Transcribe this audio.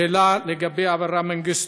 השאלה לגבי אברה מנגיסטו.